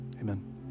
Amen